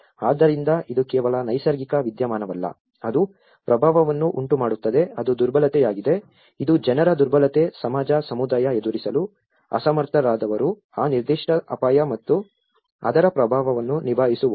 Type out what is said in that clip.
ಆದ್ದರಿಂದ ಇದು ಕೇವಲ ನೈಸರ್ಗಿಕ ವಿದ್ಯಮಾನವಲ್ಲ ಅದು ಪ್ರಭಾವವನ್ನು ಉಂಟುಮಾಡುತ್ತದೆ ಅದು ದುರ್ಬಲತೆಯಾಗಿದೆ ಇದು ಜನರ ದುರ್ಬಲತೆ ಸಮಾಜ ಸಮುದಾಯ ಎದುರಿಸಲು ಅಸಮರ್ಥರಾದವರು ಆ ನಿರ್ದಿಷ್ಟ ಅಪಾಯ ಮತ್ತು ಅದರ ಪ್ರಭಾವವನ್ನು ನಿಭಾಯಿಸುವವರು